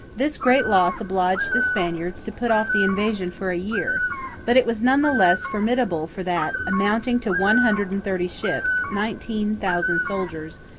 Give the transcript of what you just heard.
this great loss obliged the spaniards to put off the invasion for a year but it was none the less formidable for that, amounting to one hundred and thirty ships, nineteen thousand soldiers,